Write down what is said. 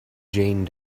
jane